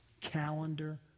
calendar